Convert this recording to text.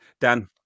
Dan